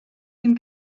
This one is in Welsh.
ddim